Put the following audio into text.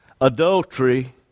Adultery